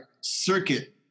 Circuit